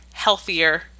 healthier